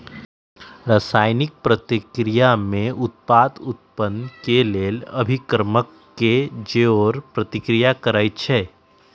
रसायनिक प्रतिक्रिया में उत्पाद उत्पन्न केलेल अभिक्रमक के जओरे प्रतिक्रिया करै छै